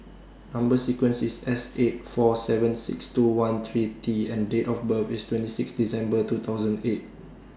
Number sequence IS S eight four seven six two one three T and Date of birth IS twenty six December two thousand eight